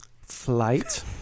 flight